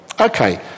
Okay